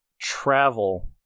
travel